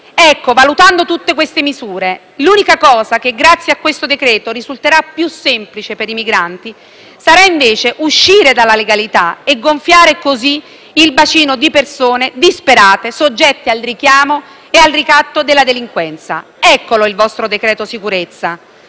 Ecco, valutando tutte queste misure, l'unica cosa che grazie a questo decreto-legge risulterà più semplice per i migranti sarà invece uscire dalla legalità e gonfiare così il bacino di persone disperate soggette al richiamo e al ricatto della delinquenza. Eccolo il vostro decreto sicurezza.